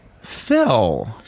Phil